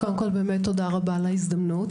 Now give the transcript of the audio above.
קודם כול, באמת תודה רבה על ההזדמנות.